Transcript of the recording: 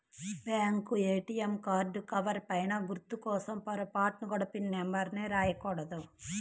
bank ATM card cover పైన గుర్తు కోసం పొరపాటున కూడా పిన్ నెంబర్ రాయకూడదు